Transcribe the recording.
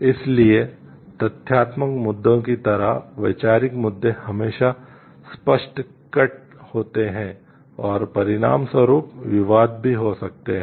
इसलिए तथ्यात्मक मुद्दों की तरह वैचारिक मुद्दे हमेशा स्पष्ट कट होते हैं और परिणामस्वरूप विवाद भी हो सकता है